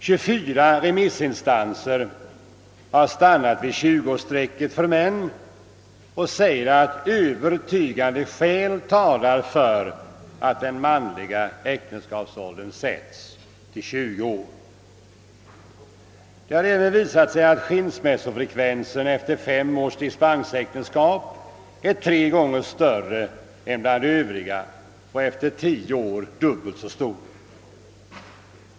24 remissinstanser har stannat vid 20-årsstrecket för män och säger att övertygande skäl talar för att den manliga äktenskapsåldern sätts till 20 år. Det har även visat sig att skilsmässofrekvensen vid dispensäktenskap efter fem år är tre gånger större än bland övriga äktenskap och efter tio år dubbelt så stor.